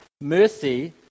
Mercy